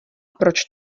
proč